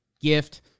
gift